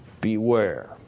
Beware